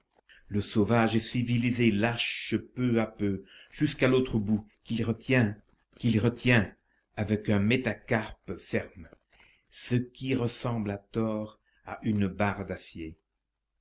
le sauvage civilisé lâche peu à peu jusqu'à l'autre bout qu'il retient avec un métacarpe ferme ce qui ressemble à tort à une barre d'acier